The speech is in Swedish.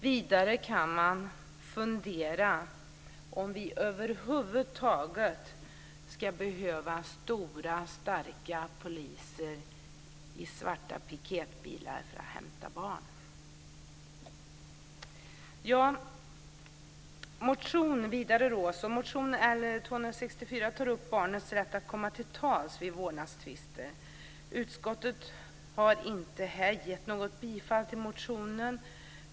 Vidare kan man fundera på om vi över huvud taget ska behöva stora starka poliser i svarta piketbilar för att hämta barn. I motion L264 tas barnets rätt att komma till tals i vårdnadstvister upp. Utskottet har inte tillstyrkt motionen.